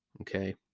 Okay